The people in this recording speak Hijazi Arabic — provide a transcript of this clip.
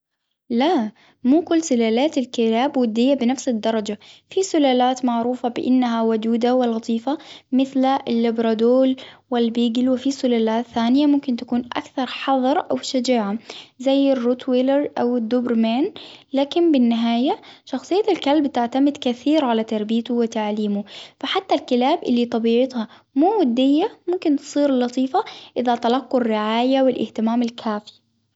لا مو كل سلالات الكلاب ودية بنفس الدرجة. في سلالات معروفة بانها ودودة ولطيفة. مثل ثانية ممكن تكون اكثر حظر او شجاعة. زي الروتويلر او الدوبرمين. لكن بالنهاية شخصية الكلب تعتمد كثير على وتعليمه. فحتى الكلاب اللي طبيعتها مو ودية ممكن تصير لطيفة اذا تلقوا الرعاية والاهتمام الكافي